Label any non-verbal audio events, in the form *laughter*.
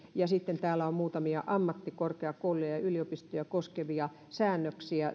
ja sitten täällä on muutamia ammattikorkeakouluja ja yliopistoja koskevia säännöksiä *unintelligible*